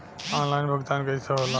Online भुगतान कईसे होला?